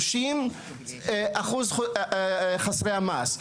30% חסרי המעש.